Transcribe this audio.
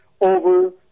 over